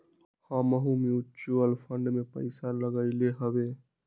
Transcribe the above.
हमहुँ mutual fund में पइसा लगइली हबे